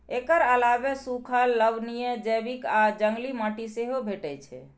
एकर अलावे सूखल, लवणीय, जैविक आ जंगली माटि सेहो भेटै छै